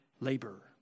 labor